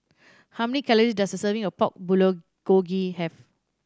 how many calories does a serving of Pork Bulgogi have